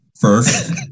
first